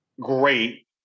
great